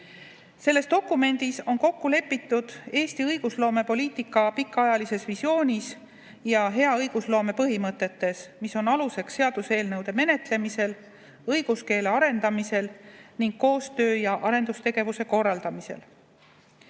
Selles dokumendis on kokku lepitud Eesti õigusloomepoliitika pikaajalises visioonis ja hea õigusloome põhimõtetes, mis on aluseks seaduseelnõude menetlemisel, õiguskeele arendamisel ning koostöö ja arendustegevuse